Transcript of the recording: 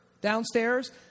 downstairs